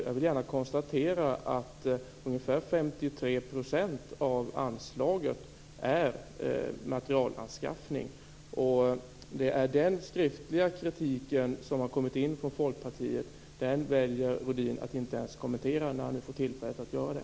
Jag vill då konstatera att 53 % av anslaget avser materialanskaffning. Den skriftliga kritik som har kommit från Folkpartiet väljer Rohdin att inte kommentera, när han nu har tillfälle att göra det.